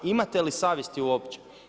Imate li savjesti uopće?